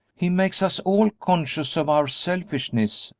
he makes us all conscious of our selfishness,